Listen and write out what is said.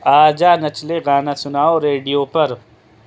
آ جا نچلے گانا سناؤ ریڈیو پر